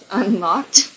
unlocked